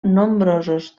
nombrosos